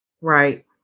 right